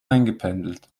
eingependelt